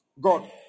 God